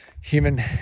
human